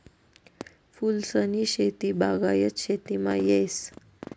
फूलसनी शेती बागायत शेतीमा येस